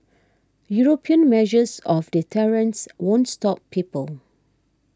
European measures of deterrence won't stop people